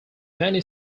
many